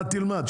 אתה תלמד,